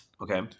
Okay